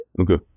Okay